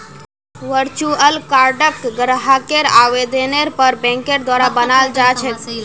virtual कार्डक ग्राहकेर आवेदनेर पर बैंकेर द्वारा बनाल जा छेक